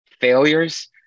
failures